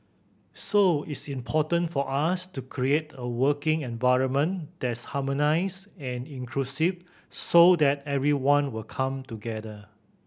so it's important for us to create a working environment that's harmonised and inclusive so that everyone will come together